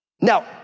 Now